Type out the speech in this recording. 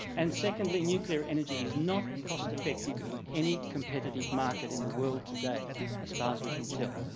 and secondly nuclear energy is not cost effective in any competitive market in the world today as far as we can tell.